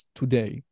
today